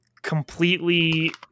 completely